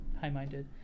high-minded